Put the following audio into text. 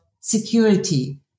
security